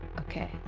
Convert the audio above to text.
Okay